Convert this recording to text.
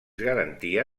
garantia